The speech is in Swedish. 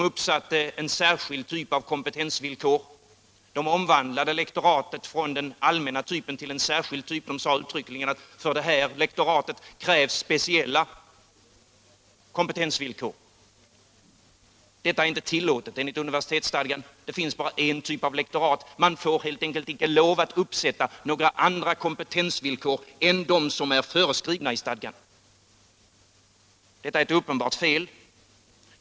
De uppsatte en särskild typ av kompetensvillkor, de omvandlade lektoratet från den allmänna typen till en särskild typ, de sade uttryckligen att för det här lektoratet krävdes att speciella kompetensvillkor uppfylldes. Detta är inte tillåtet enligt universitetsstadgan. Det finns bara en typ av lektorat. Man får helt enkelt inte lov att uppställa några andra kompetensvillkor än de som är föreskrivna i stadgan. Detta är ett uppenbart fel.